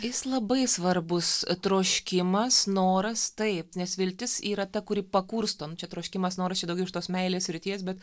jis labai svarbus troškimas noras taip nes viltis yra ta kuri pakursto nu čia troškimas noras čia daugiau iš tos meilės srities bet